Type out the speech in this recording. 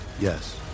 Yes